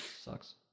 Sucks